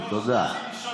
מעשה זמרי ומבקש שכר כפנחס.